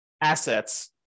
assets